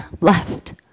left